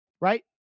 Right